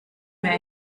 mehr